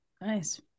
Nice